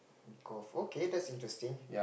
golf okay that's interesting